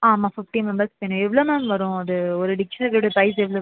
ஆமாம் ஃபிஃப்ட்டி மெம்பர்ஸுக்கு வேணும் எவ்வளோ மேம் வரும் அது ஒரு டிக்ஷனரியோடய ப்ரைஸ் எவ்வளவு